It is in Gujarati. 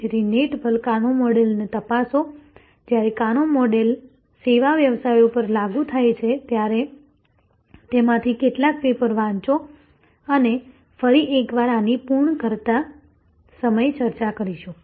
તેથી નેટ પર કાનો મૉડલ તપાસો જ્યારે કાનો મૉડલ સેવા વ્યવસાયો પર લાગુ થાય છે ત્યારે તેમાંથી કેટલાક પેપર વાંચો અને અમે ફરી એકવાર આની પૂર્ણ કરતા સમયે ચર્ચા કરીશું